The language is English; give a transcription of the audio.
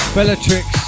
Bellatrix